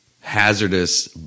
hazardous